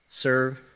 Serve